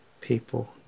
People